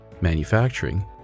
manufacturing